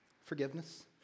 Forgiveness